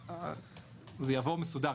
זה יבוא מסודר.